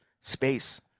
space